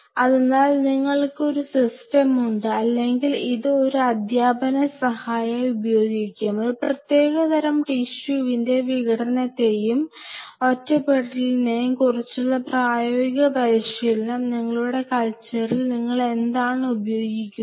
അത് പിനീട് പ്രാക്ടിക്കലിന് ഒരു പഠന സഹായി ആയി ടിഷ്യുവിനെ എങ്ങനെ പുറത്തെടുക്കണം എന്ന് മനസിലാക്കാൻ സഹായിക്കും